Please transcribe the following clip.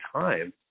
time